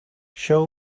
show